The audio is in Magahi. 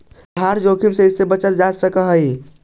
आधार जोखिम से कइसे बचल जा सकऽ हइ?